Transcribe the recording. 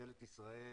ממשלת ישראל,